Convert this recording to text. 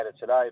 today